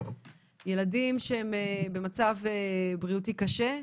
ילדים שהם במצב בריאותי קשה,